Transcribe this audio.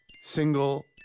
single